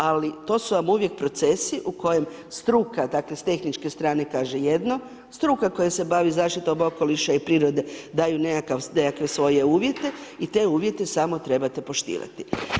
Ali to su vam uvijek procesi u kojem struka, dakle sa tehničke strane kaže jedno, struka koja se bavi zaštitom okoliša i prirode daju nekakve svoje uvjete i te uvjete samo trebate poštivati.